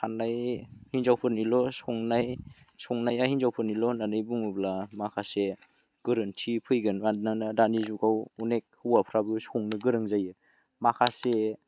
साननाय हिनजावफोरनिल' संनाय संनाया हिनजावफोरनिल' होननानै बुङोब्ला माखासे गोरोन्थि फैगोन मानोना दानि जुगाव अनेख हौवाफ्राबो संनो गोरों जायो माखासेनि